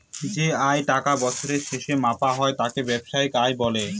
যে আয় টা বছরের শেষে মাপা হয় তাকে বাৎসরিক আয় বলে